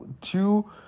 two